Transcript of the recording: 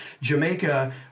Jamaica